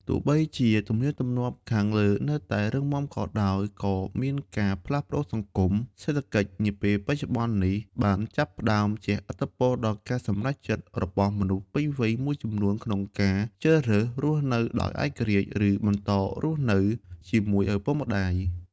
ទោះបីជាទំនៀមទម្លាប់ខាងលើនៅតែរឹងមាំក៏ដោយ ក៏ការផ្លាស់ប្តូរសង្គម-សេដ្ឋកិច្ចនាពេលបច្ចុប្បន្ននេះ បានចាប់ផ្តើមជះឥទ្ធិពលដល់ការសម្រេចចិត្តរបស់មនុស្សពេញវ័យមួយចំនួនក្នុងការជ្រើសរើសរស់នៅដោយឯករាជ្យ ឬបន្តរស់នៅជាមួយឪពុកម្តាយ។